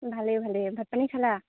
ভালেই ভালেই ভাত পানী খালা